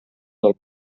del